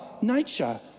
nature